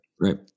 Right